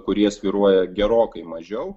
kurie svyruoja gerokai mažiau